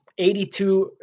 82